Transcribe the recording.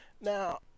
now